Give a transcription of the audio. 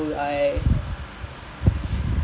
a lot of it legit a lot of it